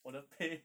我的 pay